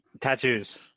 Tattoos